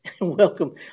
Welcome